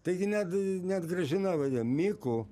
taigi net net gražina vadina miku